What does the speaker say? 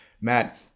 Matt